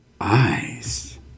eyes